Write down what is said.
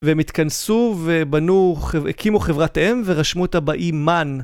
והם התכנסו ובנו, הקימו חברת אם ורשמו אותה באי מן.